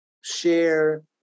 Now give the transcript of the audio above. share